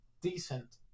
decent